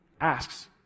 asks